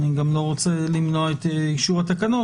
אני גם לא רוצה למנוע את אישור התקנות.